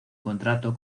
contrato